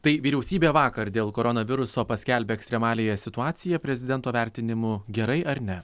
tai vyriausybė vakar dėl koronaviruso paskelbė ekstremaliąją situaciją prezidento vertinimu gerai ar ne